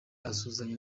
asuhuzanya